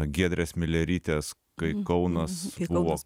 giedrės milerytės kai kaunas buvo